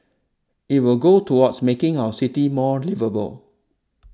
it will go towards making our city more liveable